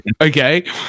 Okay